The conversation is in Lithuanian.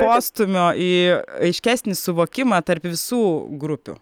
postūmio į aiškesnį suvokimą tarp visų grupių